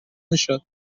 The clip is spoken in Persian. میشد